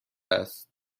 است